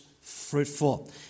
fruitful